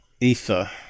ether